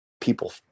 people